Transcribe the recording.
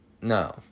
no